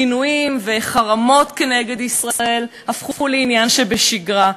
גינויים וחרמות נגד ישראל הפכו לעניין שבשגרה,